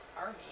army